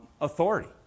authority